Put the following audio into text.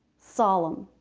solemn.